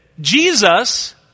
Jesus